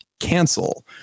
cancel